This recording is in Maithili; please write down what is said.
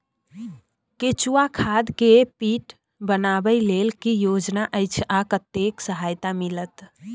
केचुआ खाद के पीट बनाबै लेल की योजना अछि आ कतेक सहायता मिलत?